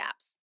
apps